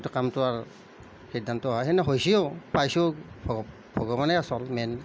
গোটেই কামটো আৰু সিদ্ধান্ত হয় হেন হৈছেও পাইছেও ভগৱানে আচল মেইন